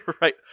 Right